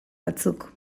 batzuk